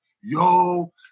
yo